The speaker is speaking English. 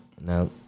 No